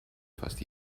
fast